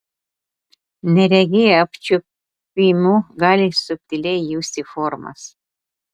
neregiai apčiuopimu gali subtiliai justi formas